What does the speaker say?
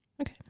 Okay